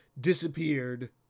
disappeared